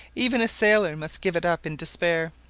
even a sailor must give it up in despair.